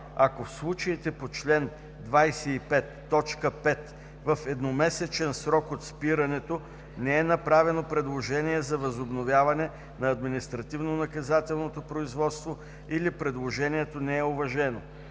ако в случаите по чл. 25, т. 5 в едномесечен срок от спирането не е направено предложение за възобновяване на административнонаказателното производство или предложението не е уважено.“